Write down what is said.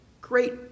great